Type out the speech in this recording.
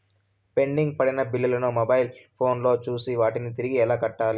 pending పడిన బిల్లులు ను మొబైల్ ఫోను లో చూసి వాటిని తిరిగి ఎలా కట్టాలి